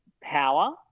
power